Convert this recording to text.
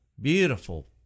beautiful